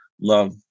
love